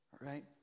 right